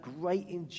great